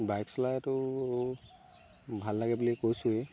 bike চলাইতো ভাল লাগে বুলি কৈছোঁৱেই